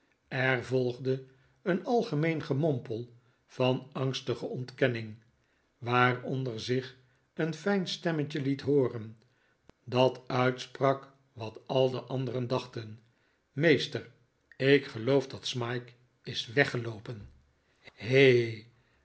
er volgde een algemeen gemompel van angstige ontkenning waaronder zich een fijn stemmetje liet hooren dat uitsprak wat al de anderen dachten meester ik geloof dat smike is weggeloopen he